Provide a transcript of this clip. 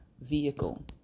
vehicle